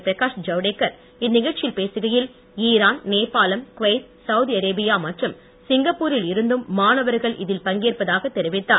பிரகாஷ் ஜவுடேகர் இந்நிகழ்ச்சியில் பேசுகையில் ஈரான் நேபாளம் குவெய்த் சவுதி அரேபியா மற்றும் சிங்கப்பூரில் இருந்தும் மாணவர்கள் இதில் பங்கேற்பதாகத் தெரிவித்தார்